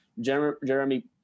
Jeremy